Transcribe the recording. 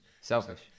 Selfish